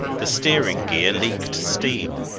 the steering-gear leaked steam,